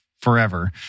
forever